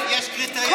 כל